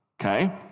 Okay